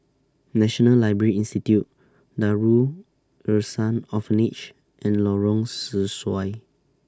National Library Institute Darul Ihsan Orphanage and Lorong Sesuai